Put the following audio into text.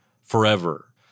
forever